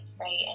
right